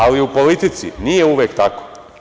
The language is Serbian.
Ali, u politici nije uvek tako.